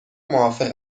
موافق